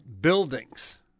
buildings